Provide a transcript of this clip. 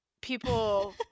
people